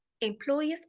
employers